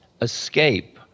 escape